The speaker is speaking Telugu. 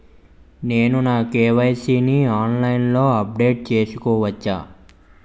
నేను నా కే.వై.సీ ని ఆన్లైన్ లో అప్డేట్ చేసుకోవచ్చా?